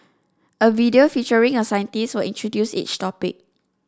a video featuring a scientist will introduce each topic